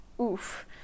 oof